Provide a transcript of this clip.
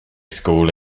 school